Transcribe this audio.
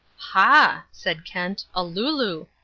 ha, said kent, a looloo!